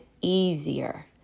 easier